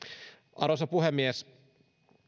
arvoisa puhemies